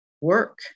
work